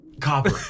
Copper